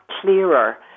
clearer